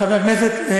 חברת הכנסת,